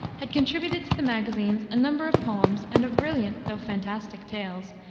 had contributed to the magazines a number of poems and of brilliant though fantastic tales,